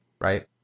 right